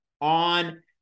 on